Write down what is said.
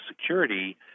security